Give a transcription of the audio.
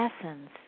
essence